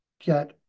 get